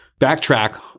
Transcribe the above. backtrack